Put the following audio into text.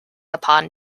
upon